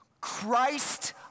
Christ